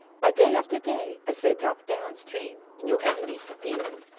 but day after day as they dropped down stream new enemies appeared,